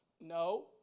No